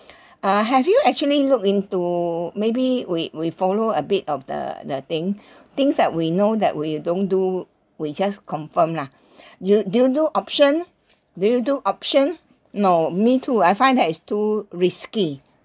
(uh0 have you actually look into maybe we we follow a bit of the the thing things that we know that we'll don't do we just confirm lah you do you do option do you do option no me too I find that it's too risky